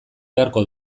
beharko